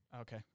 Okay